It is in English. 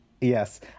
Yes